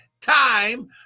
Time